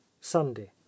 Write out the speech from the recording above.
sunday